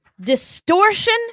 distortion